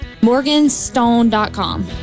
Morganstone.com